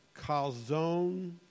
calzone